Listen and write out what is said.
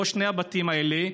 שבו שני הבתים האלה,